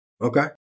Okay